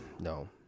No